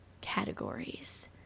categories